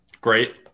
great